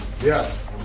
Yes